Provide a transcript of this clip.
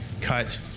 cut